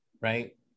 right